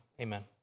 amen